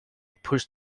push